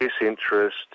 Disinterest